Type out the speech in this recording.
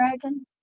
Dragon